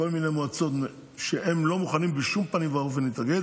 יש כל מיני מועצות שלא מוכנות בשום פנים ואופן להתאגד,